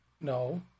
No